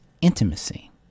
intimacy